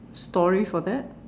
story for that